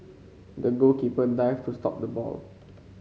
the goalkeeper dived to stop the ball